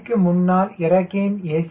க்கு முன்னால் இறக்கையின் a